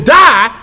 die